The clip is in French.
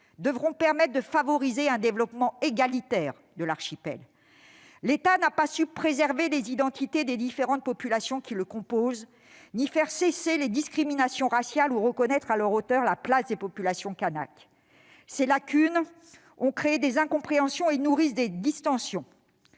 devront permettre de favoriser un développement égalitaire de l'archipel. L'État n'a pas su préserver les identités des différentes populations qui le composent ni faire cesser les discriminations raciales ou reconnaître à leur juste hauteur la place des populations kanakes. Ces lacunes ont créé des incompréhensions ; elles nourrissent les distensions-